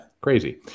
crazy